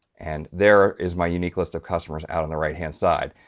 and there is my unique list of customers out on the right-hand side,